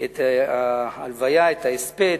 את הלוויה, את ההספד.